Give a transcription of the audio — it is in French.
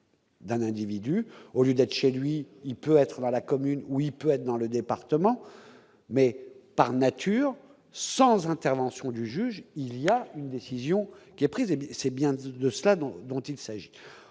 D'un individu, au lieu d'être chez lui, il peut être dans la commune où il peut être dans le département, mais par nature sans intervention du juge, il y a une décision qui est prise, c'est bien de cela dont dont il s'agit